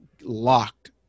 locked